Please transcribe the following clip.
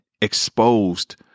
exposed